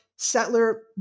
settler